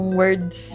words